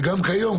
וגם כיום,